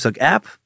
app